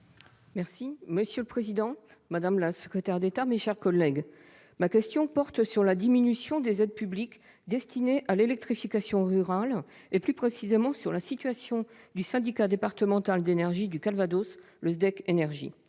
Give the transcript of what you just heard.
écologique et solidaire. Madame la secrétaire d'État, ma question porte sur la diminution des aides publiques destinées à l'électrification rurale et, plus précisément, sur la situation du syndicat départemental d'énergie du Calvados, le SDEC Énergie.